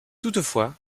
toutefois